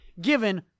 given